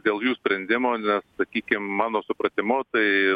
dėl jų sprendimo nes sakykim mano supratimu tai